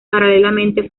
paralelamente